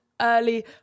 early